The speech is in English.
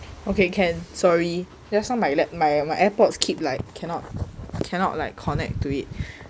okay can sorry just now my my airpods keep like cannot cannot like connect to it